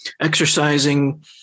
exercising